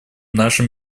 нашем